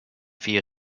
vier